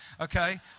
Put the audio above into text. okay